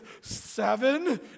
seven